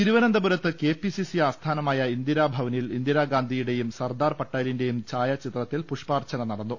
തിരുവനന്തപുരത്ത് K P C C ആസ്ഥാനമായ ഇന്ദിരാ ഭവനിൽ ഇന്ദിരാഗാന്ധിയുടെയും സർദാർ പട്ടേലിന്റെയും ഛായാചിത്രത്തിൽ പുഷ്പാർച്ചന നടന്നു